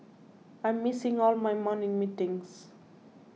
I'm missing all my morning meetings